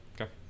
Okay